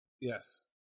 Yes